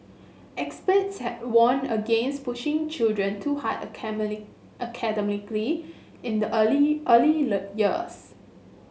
experts had warned against pushing children too hard academically in the early early years